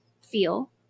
feel